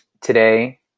today